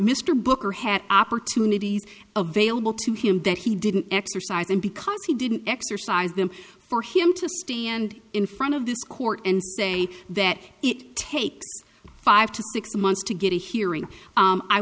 mr booker had opportunities available to him that he didn't exercise and because he didn't exercise them for him to stand in front of this court and say that it takes five to six months to get a hearing